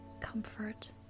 comfort